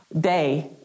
day